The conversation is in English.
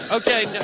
Okay